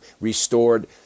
restored